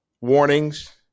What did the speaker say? warnings